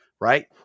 right